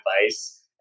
advice